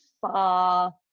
far